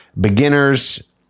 Beginners